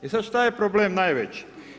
I sad, šta je problem najveći?